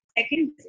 Second